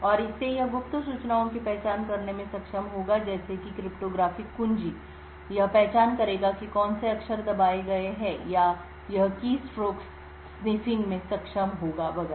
और इससे यह गुप्त सूचनाओं की पहचान करने में सक्षम होगा जैसे कि क्रिप्टोग्राफिक कुंजी यह पहचान करेगा कि कौन से अक्षर दबाए गए हैं या यह कीस्ट्रोक्स सूंघने में सक्षम होगा वगैरा